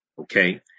okay